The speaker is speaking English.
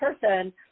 person